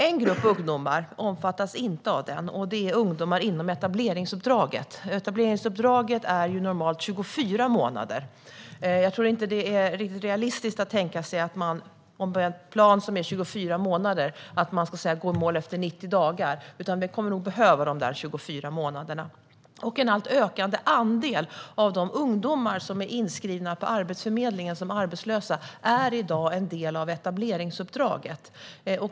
En grupp ungdomar omfattas inte av 90-dagarsgarantin, och det är ungdomar inom etableringsuppdraget. Det är normalt 24 månader. Det är nog inte riktigt realistiskt om man med en plan på 24 månader ska gå i mål efter 90 dagar. Man kommer nog att behöva de 24 månaderna. En allt ökande andel av de ungdomar som är inskrivna på Arbetsförmedlingen som arbetslösa är i dag en del av etableringsuppdraget.